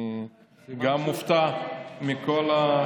אני גם מופתע מכל,